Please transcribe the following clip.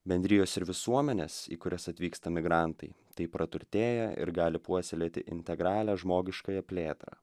bendrijos ir visuomenės į kurias atvyksta migrantai taip praturtėja ir gali puoselėti integralią žmogiškąją plėtrą